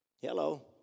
hello